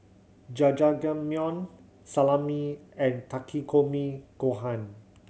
Jajangmyeon Salami and Takikomi Gohan